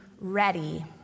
ready